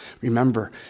Remember